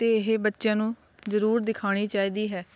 ਅਤੇ ਇਹ ਬੱਚਿਆਂ ਨੂੰ ਜ਼ਰੂਰ ਦਿਖਾਉਣੀ ਚਾਹੀਦੀ ਹੈ